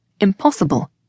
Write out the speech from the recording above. impossible